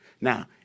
Now